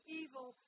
evil